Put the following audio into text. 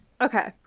okay